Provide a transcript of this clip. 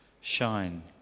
shine